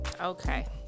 Okay